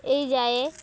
ଏଇ ଯାଏ